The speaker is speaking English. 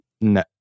No